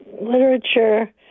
literature